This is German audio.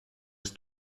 des